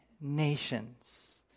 nations